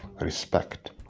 respect